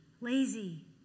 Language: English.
lazy